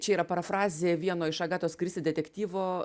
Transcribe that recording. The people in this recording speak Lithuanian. čia yra parafrazė vieno iš agatos kristi detektyvo